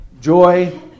joy